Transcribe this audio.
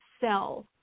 sell